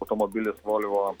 automobilis volvo